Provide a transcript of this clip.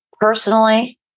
Personally